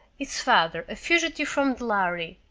his father a fugitive from the lhari.